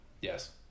Yes